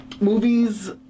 Movies